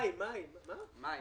מאי, מאי.